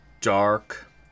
dark